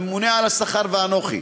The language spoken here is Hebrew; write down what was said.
הממונה על השכר ואנוכי.